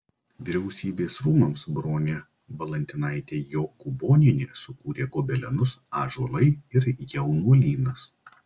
vyriausybės rūmams bronė valantinaitė jokūbonienė sukūrė gobelenus ąžuolai ir jaunuolynas